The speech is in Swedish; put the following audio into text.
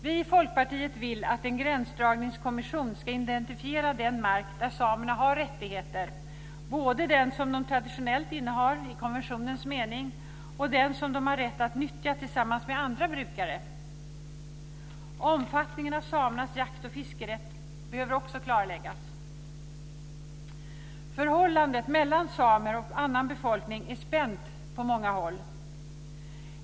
Vi i Folkpartiet vill att en gränsdragningskommission ska identifiera den mark där samerna har rättigheter, både den som de traditionellt innehar i konventionens mening och den som de har rätt att nyttja tillsammans med andra brukare. Omfattningen av samernas jakt och fiskerätt behöver också klarläggas. Förhållandet mellan samer och annan befolkning är spänt på många håll.